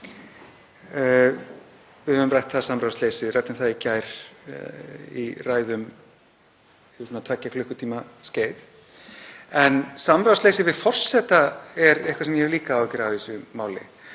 Við höfum rætt það samráðsleysi, ræddum það í ræðum í gær um tveggja klukkutímaskeið. En samráðsleysi við forseta er eitthvað sem ég hef líka áhyggjur af í þessu máli,